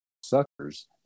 suckers